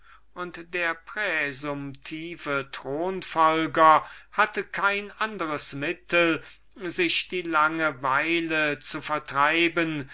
und der präsumtive thronfolger hatte kein andres mittel sich die langeweile zu vertreiben